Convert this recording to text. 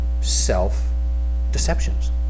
self-deceptions